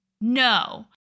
No